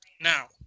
Now